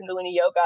yoga